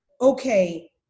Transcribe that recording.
okay